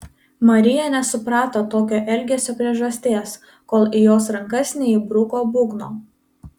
marija nesuprato tokio elgesio priežasties kol į jos rankas neįbruko būgno